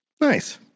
Nice